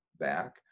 Back